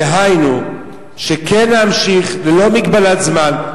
דהיינו להמשיך ללא מגבלת זמן,